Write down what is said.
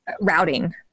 routing